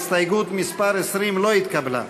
הסתייגות מס' 20 לא התקבלה.